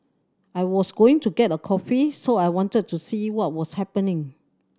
I was going to get a coffee so I wanted to see what was happening